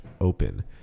open